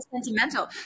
sentimental